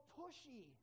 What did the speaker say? pushy